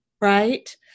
right